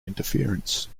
interference